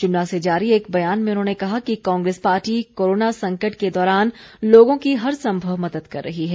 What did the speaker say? शिमला से जारी एक बयान में उन्होंने कहा कि कांग्रेस पार्टी कोरोना संकट के दौरान लोगों की हर सम्भव मदद कर रही है